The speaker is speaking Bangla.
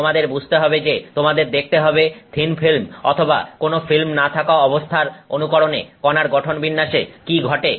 তোমাদের বুঝতে হবে যে তোমাদের দেখতে হবে থিন ফিল্ম অথবা কোন ফিল্ম না থাকা অবস্থার অনুকরণে কনার গঠনবিন্যাসে কি ঘটে